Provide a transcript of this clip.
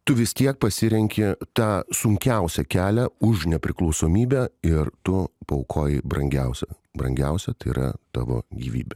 tu vis tiek pasirenki tą sunkiausią kelią už nepriklausomybę ir tu paaukojai brangiausia brangiausia tai yra tavo gyvybę